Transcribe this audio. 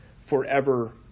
forever